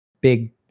big